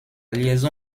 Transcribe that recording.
liaison